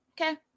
Okay